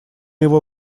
его